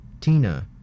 Tina